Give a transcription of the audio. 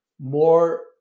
more